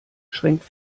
schränkt